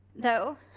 though.